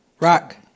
Rock